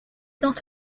not